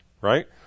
right